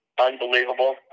unbelievable